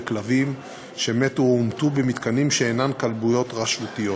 כלבים שמתו או הומתו במתקנים שאינם כלביות רשותיות.